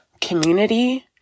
community